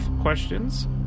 questions